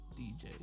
DJ